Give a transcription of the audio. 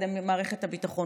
על ידי מערכת הביטחון,